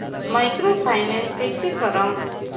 Microfinance कइसे करव?